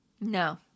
No